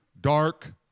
dark